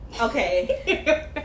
Okay